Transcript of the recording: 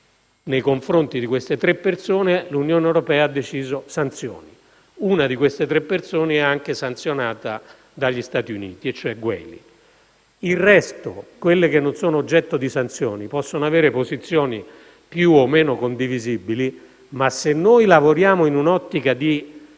Nei confronti di queste tre persone l'Unione europea ha deciso sanzioni. Una di queste tre persone, cioè al-Gwell, è anche sanzionata dagli Stati Uniti. Il resto, cioè le persone che non sono oggetto di sanzioni, possono avere posizioni più o meno condivisibili, ma se noi lavoriamo in un'ottica di